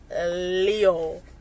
Leo